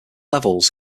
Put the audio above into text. levels